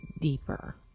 deeper